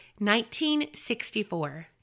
1964